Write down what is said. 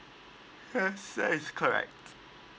yes yes it's correct